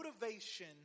motivation